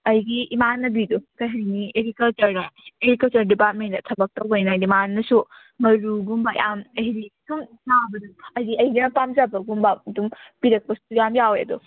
ꯑꯩꯒꯤ ꯏꯃꯥꯟꯅꯕꯤꯗꯣ ꯀꯩ ꯍꯥꯏꯅꯤ ꯑꯦꯒ꯭ꯔꯤꯀꯜꯆꯔꯗ ꯑꯦꯒ꯭ꯔꯤꯀꯜꯆꯔ ꯗꯤꯄꯥꯔꯠꯃꯦꯟꯇ ꯊꯕꯛ ꯇꯧꯕꯅꯤꯅ ꯍꯥꯏꯗꯤ ꯃꯥꯅꯁꯨ ꯃꯔꯨꯒꯨꯝꯕ ꯌꯥꯝ ꯍꯥꯏꯗꯤ ꯁꯨꯝ ꯆꯥꯕꯗ ꯍꯥꯏꯗꯤ ꯑꯩꯒꯤ ꯌꯥꯝ ꯄꯥꯝꯖꯕꯒꯨꯝꯕ ꯑꯗꯨꯝ ꯄꯤꯔꯛꯄꯁꯨ ꯃꯌꯥꯝ ꯌꯥꯎꯋꯦ ꯑꯗꯨ